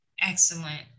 excellent